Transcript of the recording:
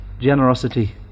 generosity